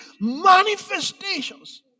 manifestations